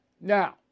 now